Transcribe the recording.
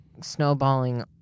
snowballing